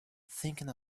thinking